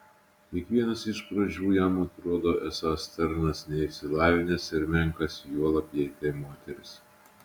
kiekvienas iš pradžių jam atrodo esąs tarnas neišsilavinęs ir menkas juolab jei tai moteris